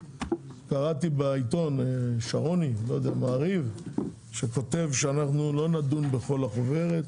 קראתי במעריב כתבה של שרוני על כך שהוא בטוח שאנחנו לא נדון בכל החוברת.